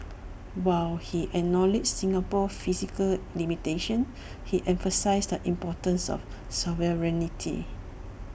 while he acknowledged Singapore's physical limitations he emphasised the importance of sovereignty